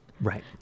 Right